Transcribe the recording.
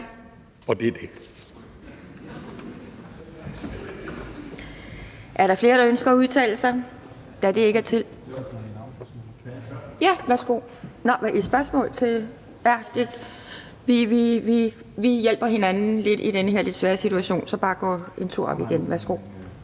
Og det er det.